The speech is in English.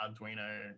arduino